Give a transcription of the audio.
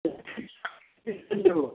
अस्सीके रुपैए किलो